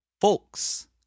Folks